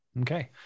Okay